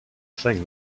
thing